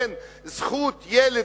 בין זכות של ילד,